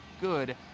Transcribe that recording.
good